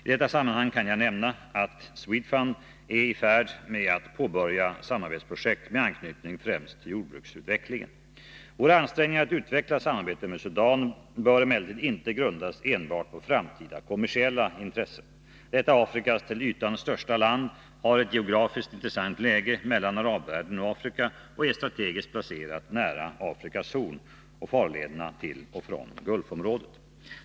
I detta sammanhang kan jag nämna att Swedfund är i färd med att påbörja samarbetsprojekt med anknytning främst till jordbruksutvecklingen. Våra ansträngningar att utveckla samarbetet med Sudan bör emellertid inte grundas enbart på framtida kommersiella intressen. Detta Afrikas till ytan största land har ett geografiskt intressant läge mellan arabvärlden och Afrika och är strategiskt placerat nära Afrikas Horn och farlederna till och från Gulfområdet.